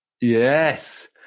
Yes